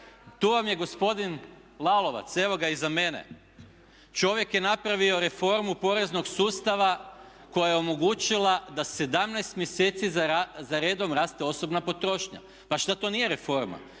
Tu vam je gospodin Lalovac, evo ga iza mene, čovjek je napravio reformu poreznog sustava koja je omogućila da 17 mjeseci za redom raste osobna potrošnja. Pa šta to nije reforma?